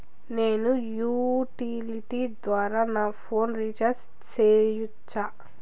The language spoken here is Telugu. నేను యుటిలిటీ ద్వారా నా ఫోను రీచార్జి సేయొచ్చా?